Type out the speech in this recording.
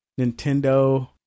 Nintendo